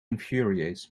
infuriates